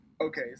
okay